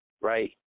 right